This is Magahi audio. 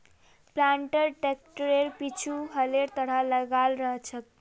प्लांटर ट्रैक्टरेर पीछु हलेर तरह लगाल रह छेक